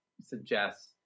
suggests